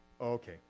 Okay